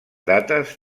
dates